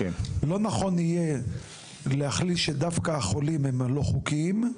לא נכון יהיה להחליט שדווקא החולים הם הלא חוקיים.